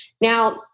Now